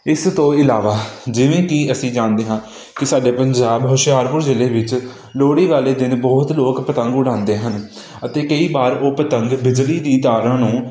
ਇਸ ਤੋਂ ਇਲਾਵਾ ਜਿਵੇਂ ਕਿ ਅਸੀਂ ਜਾਣਦੇ ਹਾਂ ਕਿ ਸਾਡੇ ਪੰਜਾਬ ਹੁਸ਼ਿਆਰਪੁਰ ਜ਼ਿਲ੍ਹੇ ਵਿੱਚ ਲੋਹੜੀ ਵਾਲੇ ਦਿਨ ਬਹੁਤ ਲੋਕ ਪਤੰਗ ਉਡਾਉਂਦੇ ਹਨ ਅਤੇ ਕਈ ਵਾਰ ਉਹ ਪਤੰਗ ਬਿਜਲੀ ਦੀਆਂ ਤਾਰਾਂ ਨੂੰ